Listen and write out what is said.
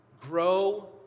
grow